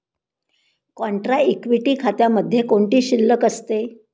Contra equity खात्यामध्ये कोणती शिल्लक असते?